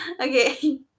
Okay